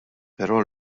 però